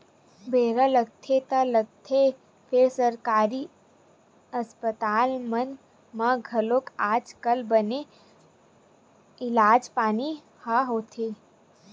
बेरा लगथे ता लगथे फेर सरकारी अस्पताल मन म घलोक आज कल बने इलाज पानी ह होथे